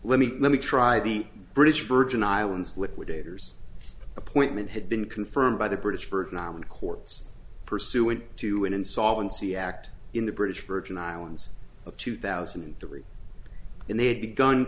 let me let me try the british virgin islands liquidators appointment had been confirmed by the british virgin aman courts pursuant to an insolvency act in the british virgin islands of two thousand and three and they had begun